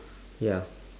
ya